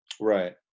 Right